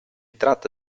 tratta